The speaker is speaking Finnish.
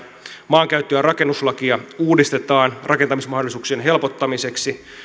maankäyttö ja rakennuslakia uudistetaan rakentamismahdollisuuksien helpottamiseksi